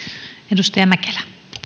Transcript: arvoisa